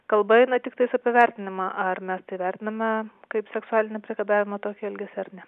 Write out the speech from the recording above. kalba eina tiktais apie vertinimą ar mes tai vertiname kaip seksualinį priekabiavimą tokį elgesį ar ne